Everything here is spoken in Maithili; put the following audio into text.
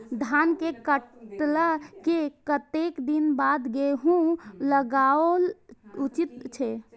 धान के काटला के कतेक दिन बाद गैहूं लागाओल उचित छे?